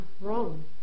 wrong